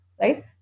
Right